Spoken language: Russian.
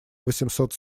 восемьсот